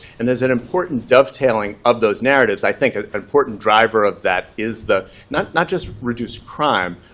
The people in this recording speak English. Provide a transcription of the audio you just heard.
and there's an important dovetailing of those narratives. i think an important driver of that is the not not just reduce crime,